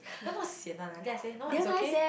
you all not sian one ah then I say no it's okay